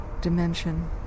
dimension